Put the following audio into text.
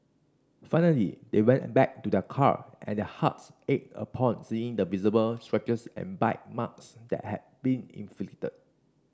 finally they went a back to their car and their hearts ached upon seeing the visible scratches and bite marks that had been inflicted